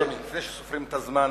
לפני שסופרים את הזמן,